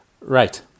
Right